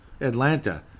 Atlanta